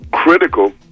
critical